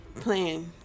plan